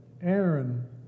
Aaron